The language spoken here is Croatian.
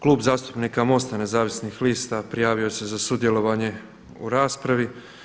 Klub zastupnika MOST-a Nezavisnih lista prijavio se za sudjelovanje u raspravi.